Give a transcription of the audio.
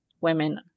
women